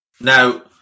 Now